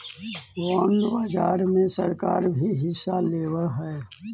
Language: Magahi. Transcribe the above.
बॉन्ड बाजार में सरकार भी हिस्सा लेवऽ हई